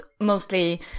mostly